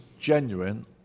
genuine